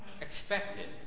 expected